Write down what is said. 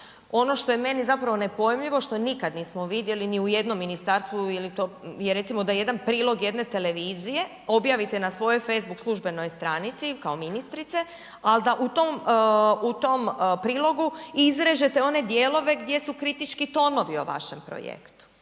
Ono što je meni zapravo nepojmljivo, što nikad nismo vidjeli ni u jednom ministarstvu ili to i da recimo jedan prilog jedne televizije objavite na svojoj facebook službenoj stranici kao ministrice, ali da u tom prilogu izrežete one dijelove gdje su kritički tonovi o vašem projektu.